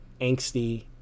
angsty